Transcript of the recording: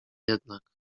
jednak